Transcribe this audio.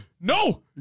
no